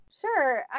Sure